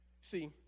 See